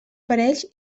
parells